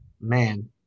man